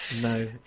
no